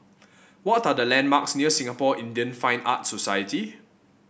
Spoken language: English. what are the landmarks near Singapore Indian Fine Arts Society